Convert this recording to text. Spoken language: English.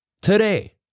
today